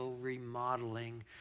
remodeling